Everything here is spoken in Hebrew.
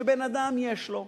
כשבן-אדם יש לו,